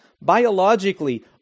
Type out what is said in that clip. Biologically